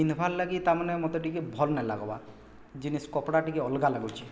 ପିନ୍ଧ୍ବାର୍ ଲାଗି ତାମାନେ ମତେ ଟିକେ ଭଲ୍ ନାଇ ଲାଗ୍ବାର୍ ଜିନିଷ୍ କପଡ଼ା ଟିକେ ଅଲଗା ଲାଗୁଛେ